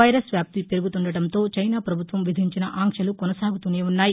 virus వ్యాప్తి పెరుగుతుండడంతో China పభుత్వం విధించిన ఆంక్షలు కొనసాగుతూనే ఉన్నాయి